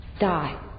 die